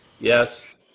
Yes